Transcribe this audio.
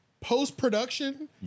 post-production